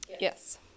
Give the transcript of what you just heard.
Yes